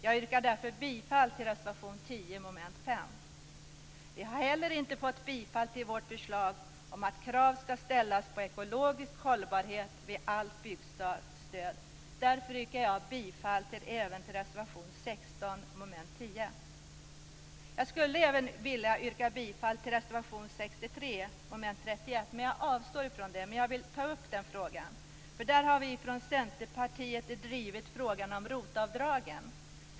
Jag yrkar därför bifall till reservation 10 under mom. 5. Vi har inte heller fått gehör för vårt förslag om att krav skall ställas på ekologisk hållbarhet vid allt byggstöd. Därför yrkar jag bifall till reservation 16 Jag skulle även vilja yrka bifall till reservation 63 under mom. 31, men jag avstår från det. Men jag vill ta upp den frågan. Vi i Centerpartiet har drivit frågan om ROT-avdragen.